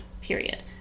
period